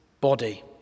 body